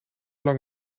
lang